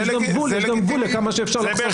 יש גם גבול לכמה שאפשר לחשוף.